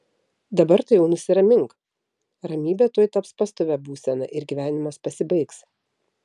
dabar tai jau nusiramink ramybė tuoj taps pastovia būsena ir gyvenimas pasibaigs